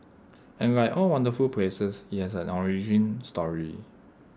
and like all wonderful places IT has an origin story